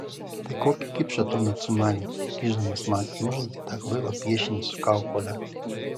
tai kokį kipšą tuomet sumanėte kišdamas man į užantį tą kvailą piešinį su kaukole